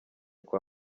kwa